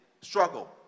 struggle